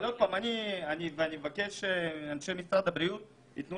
אנשי מבקש שאנשי משרד הבריאות יתנו